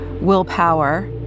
willpower